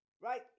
right